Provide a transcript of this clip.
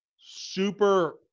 super